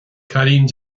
cailín